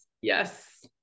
Yes